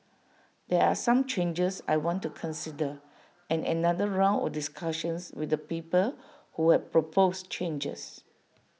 there are some changes I want to consider and another round of discussions with the people who have proposed changes